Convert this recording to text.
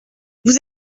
vous